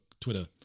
Twitter